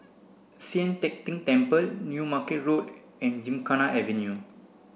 Sian Teck Tng Temple New Market Road and Gymkhana Avenue